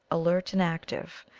alert and active,